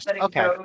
Okay